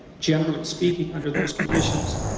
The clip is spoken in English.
generally speaking, under those conditions,